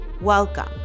Welcome